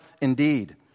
Indeed